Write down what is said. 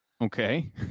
Okay